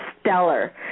stellar